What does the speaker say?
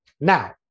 Now